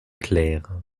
claire